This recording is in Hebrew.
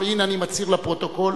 והנה אני מצהיר לפרוטוקול,